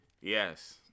Yes